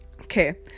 Okay